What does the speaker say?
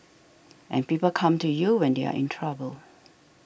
and people come to you when they are in trouble